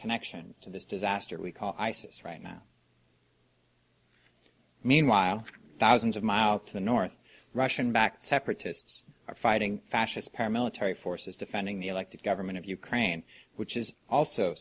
connection to this disaster we call isis right now meanwhile thousands of miles to the north russian backed separatists are fighting fascists paramilitary forces defending the elected government of ukraine which is also